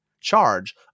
charge